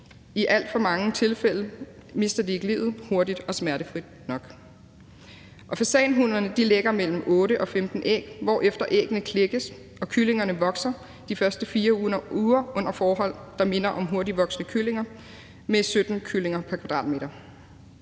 I alt for mange tilfælde mister de ikke livet hurtigt og smertefrit nok. Fasanhunnerne lægger mellem 8 og 15 æg, hvorefter æggene klækkes, og kyllingerne vokser de første 4 uger under forhold, der minder om dem for hurtigtvoksende kyllinger, hvor der er 17 kyllinger pr. m2.